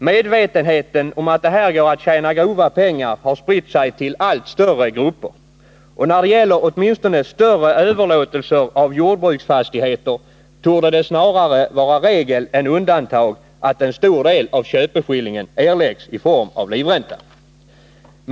Medvetenheten om att det här går att tjäna grova pengar har spritt sig till allt större grupper, och när det gäller åtminstone större överlåtelser av jordbruksfastigheter torde det snarare vara regel än undantag att en stor del av köpeskillingen erläggs i form av livränta.